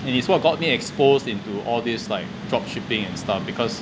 it is what got me exposed into all these like drop shipping and stuff because